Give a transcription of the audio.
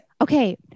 Okay